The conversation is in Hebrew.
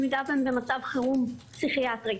במידה והן במצב חירום פסיכיאטרי.